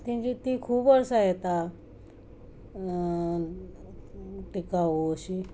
तेंची ती खूब वर्सां येता टिकावू अशी